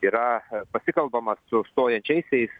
yra pasikalbama su stojančiaisiais